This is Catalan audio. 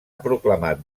proclamat